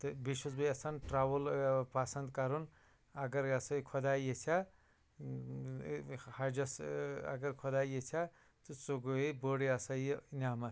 تہٕ بیٚیہِ چھُس بہٕ یَژھان ٹرٛیوٕل ٲں پَسَنٛد کَرُن اگر یہِ ہَسا یہِ خۄداے ییٚژھہِ ہا ٲں حَجَس ٲں اگر خۄداے ییٚژھہِ ہا تہٕ سُہ گٔیے بٔڑۍ یہِ ہَسا یہِ نعمت